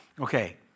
Okay